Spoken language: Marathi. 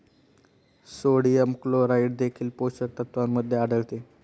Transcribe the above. सोडियम क्लोराईड देखील पोषक तत्वांमध्ये आढळते